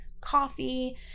coffee